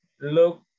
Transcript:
look